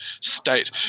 state